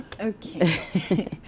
Okay